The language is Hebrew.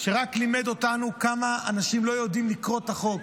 שרק לימדו אותנו כמה אנשים לא יודעים לקרוא את החוק.